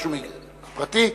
פרטי.